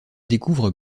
découvrent